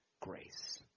grace